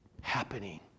happening